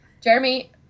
Jeremy